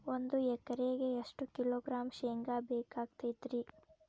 ಒಂದು ಎಕರೆಗೆ ಎಷ್ಟು ಕಿಲೋಗ್ರಾಂ ಶೇಂಗಾ ಬೇಕಾಗತೈತ್ರಿ?